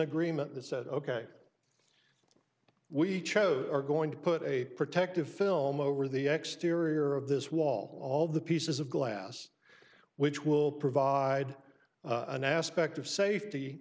agreement that said ok we chose are going to put a protective film over the exteriors of this wall all the pieces of glass which will provide an aspect of safety